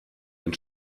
ein